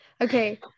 Okay